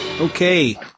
Okay